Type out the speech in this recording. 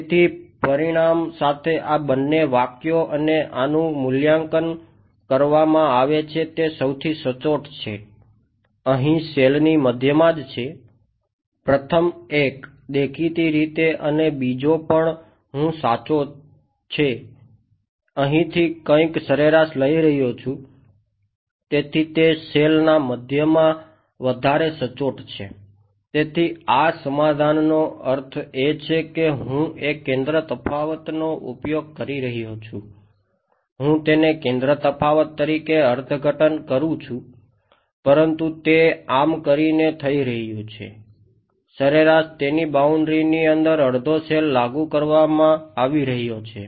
તેથી પરિણામ સાથે આ બંને વાક્યો અને આનું મૂલ્યાંકન કરવામાં આવે છે તે સૌથી સચોટ છે અહીં સેલ લાગુ કરવામાં આવી રહ્યો છે